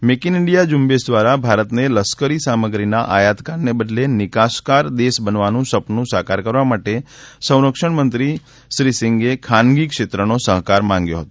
make in India ઝ઼ંબેશ દ્વારા ભારતને લશ્કરી સામગ્રીના આયાતકારને બદલે નિકાસકાર દેશ બનાવવાનું સપનું સાકાર કરવા માટે સંરક્ષણ મંત્રી શ્રી સિંઘે ખાનગી ક્ષેત્રનો સહકાર માંગ્યો હતો